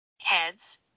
Heads